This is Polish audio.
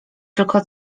tylko